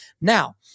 Now